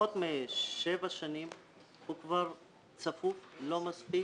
פחות משבע שנים הוא כבר צפוף, לא מספיק.